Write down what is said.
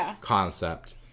concept